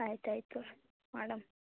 ಆಯ್ತು ಆಯಿತು ಮಾಡಮ